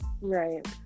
right